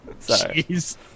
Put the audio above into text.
Jeez